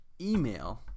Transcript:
email